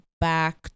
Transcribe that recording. back